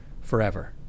forever